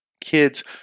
kids